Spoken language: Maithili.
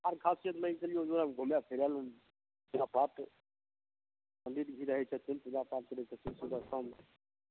खासियतमे ई जे घुमे फिरै पण्डित जी रहै छथिन पूजा पाठ करै छथिन सुबह शाम